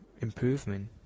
improvement